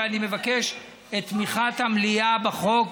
ואני מבקש את תמיכת המליאה בחוק.